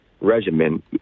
regimen